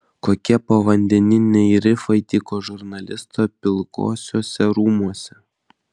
kokie povandeniniai rifai tyko žurnalisto pilkuosiuose rūmuose